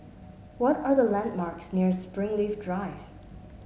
what are the landmarks near Springleaf Drive